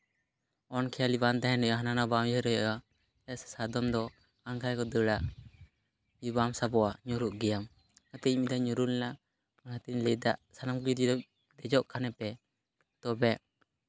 ᱚᱱᱠᱷᱮᱭᱟᱞᱤ ᱵᱟᱝ ᱛᱟᱦᱮᱱ ᱦᱩᱭᱩᱜᱼᱟ ᱦᱟᱱᱟ ᱱᱚᱣᱟ ᱵᱟᱝ ᱩᱭᱦᱟᱹᱨ ᱦᱩᱭᱩᱜᱼᱟ ᱪᱮᱫᱟᱜ ᱥᱮ ᱥᱟᱫᱚ ᱫᱚ ᱟᱱᱠᱷᱟ ᱜᱮᱠᱚ ᱫᱟᱹᱲᱟ ᱡᱩᱫᱤ ᱵᱟᱢ ᱥᱟᱵᱚᱜᱼᱟ ᱧᱩᱨᱦᱩᱜ ᱜᱮᱭᱟᱢ ᱚᱱᱟᱛᱮ ᱤᱧ ᱢᱤᱫ ᱫᱷᱟᱣ ᱤᱧ ᱧᱩᱨᱦᱩ ᱞᱮᱱᱟ ᱚᱱᱟᱛᱤᱧ ᱞᱟᱹᱭᱫᱟ ᱥᱟᱱᱟᱢᱜ ᱡᱩᱫᱤ ᱫᱮᱡᱚᱜ ᱠᱷᱟᱱᱯᱮ ᱛᱚᱵᱮ